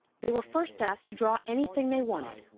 they were first asked to draw anything they wanted.